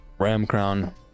Ramcrown